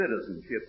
citizenship